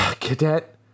Cadet